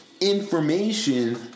information